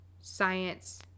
science